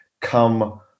come